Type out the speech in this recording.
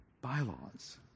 bylaws